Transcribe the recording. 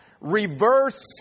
reverse